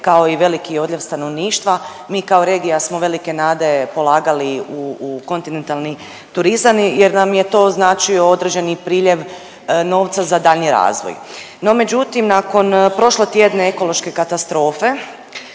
kao i veliki odljev stanovništva mi kao regija smo velike nade polagali u kontinentalni turizam jer na je to značio određeni priljev novca za daljnji razvoj. No međutim, nakon prošlotjedne ekološke katastrofe